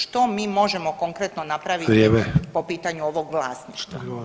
Što mi možemo konkretno napraviti [[Upadica Sanader: Vrijeme.]] po pitanju ovog vlasništva?